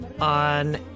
on